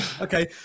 okay